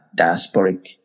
diasporic